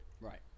Right